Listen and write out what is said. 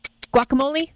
Guacamole